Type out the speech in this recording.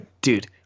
dude